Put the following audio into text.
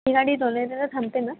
ही गाडी लोणेरेला थांबते ना